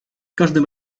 każdym